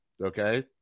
okay